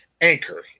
Anchor